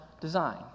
design